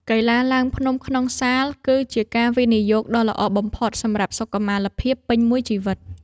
កីឡាឡើងភ្នំក្នុងសាល គឺជាការវិនិយោគដ៏ល្អបំផុតសម្រាប់សុខុមាលភាពពេញមួយជីវិត។